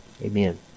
Amen